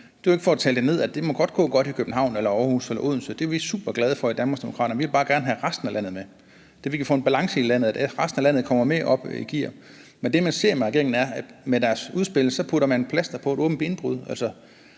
gerne gå godt i København, Aarhus eller Odense – det er vi superglade for i Danmarksdemokraterne, men vi vil bare gerne have resten af landet ned, så vi kan få en balance i landet, så resten af landet kommer med op i gear. Men det man ser, er, at regeringen med sit udspil sætter et plaster på et åbent benbrud